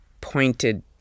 pointed